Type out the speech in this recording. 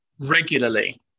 regularly